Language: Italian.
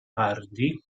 pardi